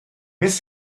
miss